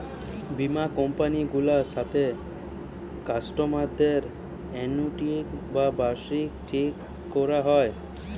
বীমা কোম্পানি গুলার সাথে কাস্টমারদের অ্যানুইটি বা বার্ষিকী ঠিক কোরা হয়